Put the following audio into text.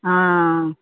ஆ ஆ